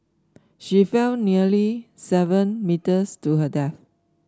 she fell nearly seven metres to her death